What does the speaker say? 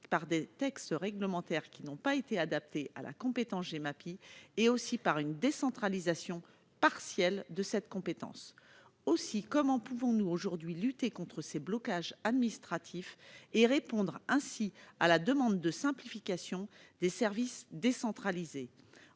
par des textes réglementaires qui n'ont pas été adaptés à la compétence Gemapi et aussi par une décentralisation partielle de cette compétence. Comment pouvons-nous lutter aujourd'hui contre ces blocages administratifs et répondre ainsi à la demande de simplification des services décentralisés ?